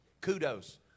kudos